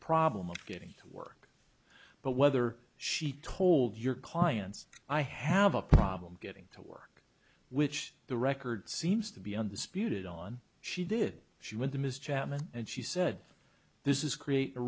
problem of getting to work but whether she told your clients i have a problem getting to work which the record seems to be on the spirit it on she did she went to miss chapman and she said this is create a